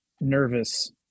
nervous